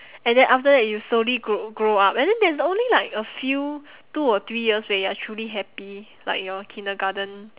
and then after that you slowly grow grow up and then there's only like a few two or three years where you are truly happy like your kindergarten